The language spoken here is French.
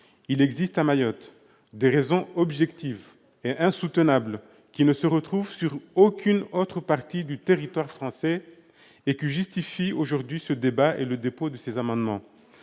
Il existe à Mayotte des raisons objectives et insoutenables qui ne se retrouvent sur aucune autre partie du territoire français et qui justifient aujourd'hui ce débat et le dépôt de tels amendements.